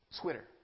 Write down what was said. twitter